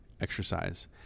exercise